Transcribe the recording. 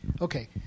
Okay